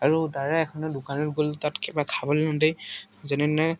আৰু তাৰে এখন তাত কিবা খাবলে লওঁতে যেনে তেনে